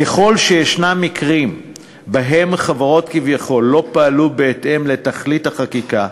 ככל שישנם מקרים שבהם חברות כביכול לא פעלו בהתאם לתכלית החקיקה,